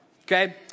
okay